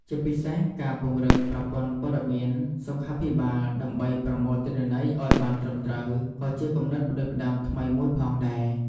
ជាពិសេស ការពង្រឹងប្រព័ន្ធព័ត៌មានសុខាភិបាលដើម្បីប្រមូលទិន្នន័យឱ្យបានត្រឹមត្រូវក៏ជាគំនិតផ្តួចផ្តើមថ្មីមួយផងដែរ។